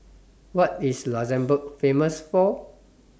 What IS Luxembourg Famous For